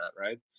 right